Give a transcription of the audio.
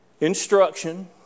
Instruction